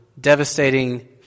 devastating